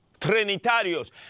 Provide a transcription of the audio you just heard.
Trinitarios